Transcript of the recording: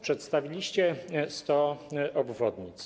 Przedstawiliście 100 obwodnic.